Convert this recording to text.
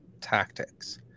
tactics